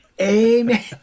Amen